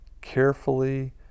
carefully